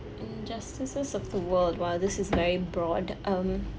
injustices of the world !wah! this is very broad um